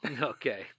Okay